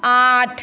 आठ